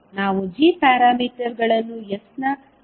ನಾವು g ಪ್ಯಾರಾಮೀಟರ್ಗಳನ್ನು s ನ ಕಾರ್ಯವೆಂದು ಕಂಡುಹಿಡಿಯಬೇಕೇ